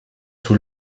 sous